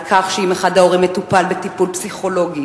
על כך שאם אחד ההורים מטופל טיפול פסיכולוגי